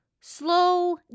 slow